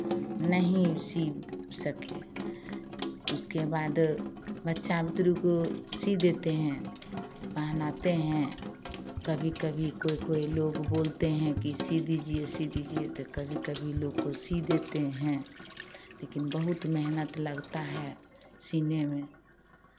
नहीं सिल सके उसके बाद बच्चा बुतरू को सिल देते हैं पहनाते हैं कभी कभी कोई कोई लोग बोलते हैं कि सिल दीजिए सिल दीजिए तो कभी कभी लोग को सिल देते हैं लेकिन बहुत मेहनत लगता है सिलने में